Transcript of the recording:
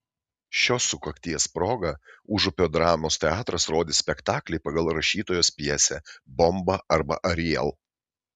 šios sukakties proga užupio dramos teatras rodys spektaklį pagal rašytojos pjesę bomba arba ariel